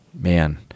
man